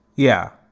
yeah,